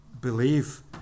believe